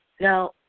Now